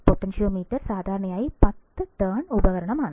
potentiometer സാധാരണയായി 10 turn ഉപകരണമാണ്